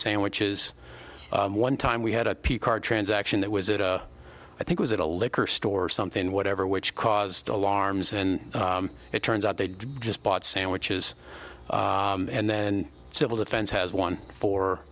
sandwiches one time we had a card transaction that was it i think was it a liquor store or something whatever which caused the alarms and it turns out they just bought sandwiches and then civil defense has one for